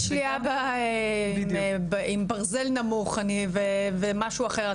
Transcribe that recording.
יש לי אבא עם ברזל נמוך ומשהו אחר,